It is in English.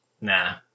nah